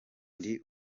ndi